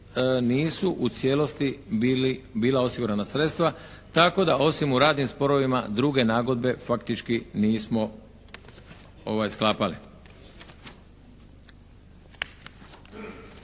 nisu u cijelosti bila osigurana sredstva tako da osim u radnim sporovima druge nagodbe faktički nismo sklapali.